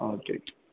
ആ okay okay